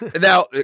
Now